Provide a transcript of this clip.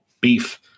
Beef